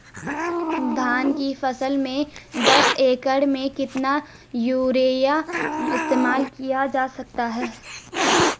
धान की फसल में दस एकड़ में कितना यूरिया इस्तेमाल किया जा सकता है?